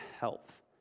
health